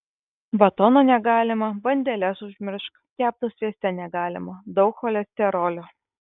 batono negalima bandeles užmiršk kepto svieste negalima daug cholesterolio